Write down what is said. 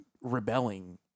rebelling